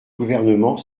gouvernement